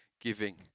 giving